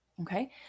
Okay